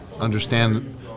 understand